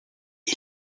est